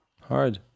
hard